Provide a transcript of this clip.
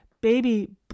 baby